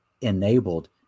enabled